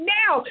now